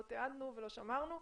לא תיעדנו ולא שמרנו.